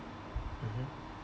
mmhmm